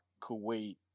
Kuwait